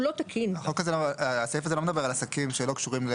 היא לא מטעם הפרויקט, היא מטעם המדינה בסוף.